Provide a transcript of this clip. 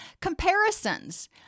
Comparisons